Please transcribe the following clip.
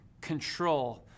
control